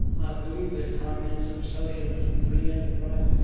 i believe that communism, socialism, free enterprise,